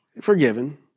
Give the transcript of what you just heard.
forgiven